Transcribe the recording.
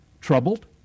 troubled